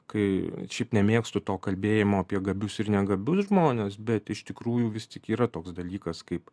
kai šiaip nemėgstu to kalbėjimo apie gabius ir negabius žmones bet iš tikrųjų vis tik yra toks dalykas kaip